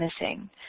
missing